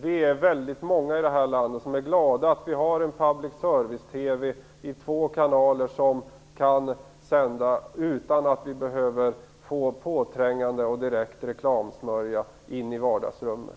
Vi är många i det här landet som är glada åt att vi har en public service-TV i två kanaler som kan sända utan att vi behöver få påträngande reklamsmörja direkt in i vardagsrummet.